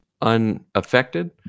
unaffected